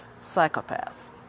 psychopath